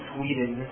Sweden